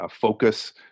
focus